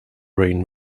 brain